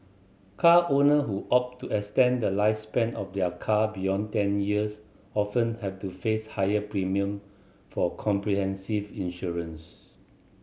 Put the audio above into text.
car owner who opt to extend the lifespan of their car beyond ten years often have to face higher premium for comprehensive insurance